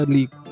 League